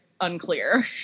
unclear